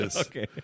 Okay